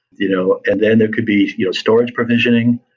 you know and then there could be you know storage provisioning.